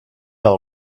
all